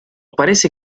parece